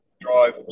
drive